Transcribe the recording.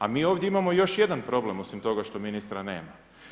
A mi ovdje imamo još jedan problem osim toga što ministra nema.